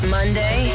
Monday